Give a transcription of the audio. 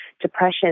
depression